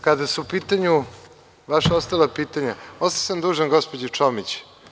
Kada su u pitanju vaša ostala pitanja, ostao sam dužan gospođi Čomić.